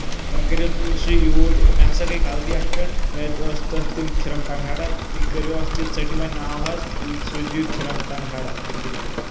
وۄنۍ کٔرِو سُہ یوٗرۍ مےٚ ہَسا گٔے غلطی اَتھ پؠٹھ مےٚ ٲس تتھ دِنۍ کھرم ٹنٛگہاڑا تُہۍ کٔرِو اَتھ یہِ ژٔٹِو وۄنۍ ناو حظ تُہۍ سوٗزِو کھرم ٹنٛگہاڑا شُکریہ